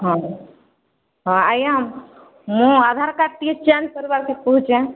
ହଁ ହଁ ଆଜ୍ଞା ମୋର୍ ଆଧାର୍ କାର୍ଡ଼ ଟିକେ ଚେଞ୍ଜ୍ କରବାର୍କେ କହୁଛେ